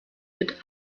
wird